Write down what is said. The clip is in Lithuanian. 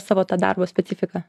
savo tą darbo specifiką